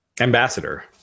Ambassador